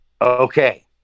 Okay